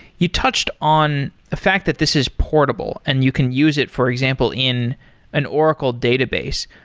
you touched on a fact that this is portable and you can use it, for example, in an oracle database.